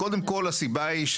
קודם כל הסיבה היא,